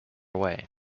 away